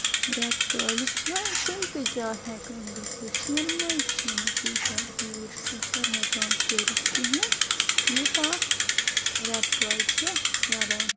رٮ۪تہٕ کالہِ چھُ کُنہِ تہِ جایہِ ہٮ۪کان گٔژھِتھ شیٖنہٕ مٔنزۍ چھُنہٕ توٗتاہ دوٗر سَفر ہٮ۪کان کٔرِتھ کِہیٖنۍ نہٕ یوٗتاہ رٮ۪تہٕ کالہِ چھِ کران